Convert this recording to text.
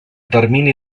termini